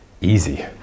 easy